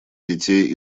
детей